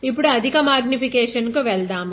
ఇప్పుడు అధిక మాగ్నిఫికేషన్ కు వెళదాం